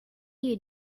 you